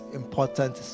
important